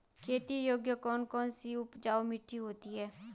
खेती योग्य कौन कौन सी उपजाऊ मिट्टी होती है?